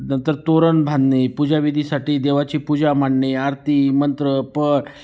नंतर तोरण बांधणे पूजाविधीसाठी देवाची पूजा मांडणे आरती मंत्र पळ